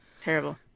Terrible